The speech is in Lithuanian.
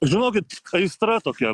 žinokit aistra tokia